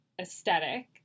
aesthetic